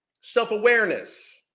self-awareness